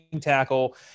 tackle